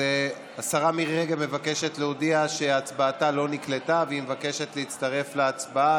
השרה מירי רגב מבקשת להודיע שהצבעתה לא נקלטה והיא מבקשת להצטרף להצבעה.